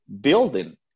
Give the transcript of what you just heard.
building